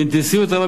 באינטנסיביות רבה,